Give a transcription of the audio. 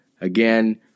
Again